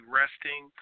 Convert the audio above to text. resting